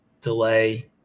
delay